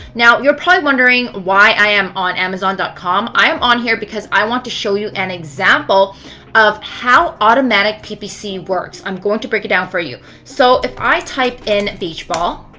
now, you're probably wondering why i am on amazon com. i am on here because i want to show you an example of how automatic ppc works. i am going to break it down for you. so if i type in beach ball